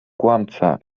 kłamca